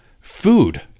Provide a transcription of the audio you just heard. Food